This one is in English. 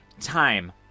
time